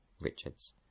richards